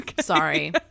Sorry